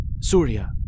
Surya